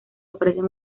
ofrecen